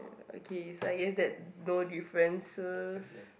okay so I guess that no differences